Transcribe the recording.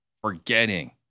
forgetting